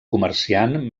comerciant